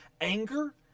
anger